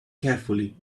carefully